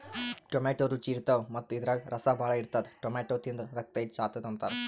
tomato ರುಚಿ ಇರ್ತವ್ ಮತ್ತ್ ಇದ್ರಾಗ್ ರಸ ಭಾಳ್ ಇರ್ತದ್ ಟೊಮ್ಯಾಟೋ ತಿಂದ್ರ್ ರಕ್ತ ಹೆಚ್ಚ್ ಆತದ್ ಅಂತಾರ್